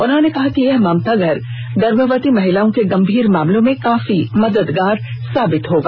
उन्होंने कहा कि यह ममता घर गर्भवती महिलाओं के गम्भीर मामलों में काफी मददगार साबित होगा